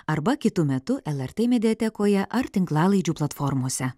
arba kitu metu lrt mediatekoje ar tinklalaidžių platformose